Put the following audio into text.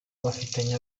bafitanye